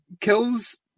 kills